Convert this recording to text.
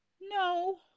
no